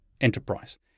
enterprise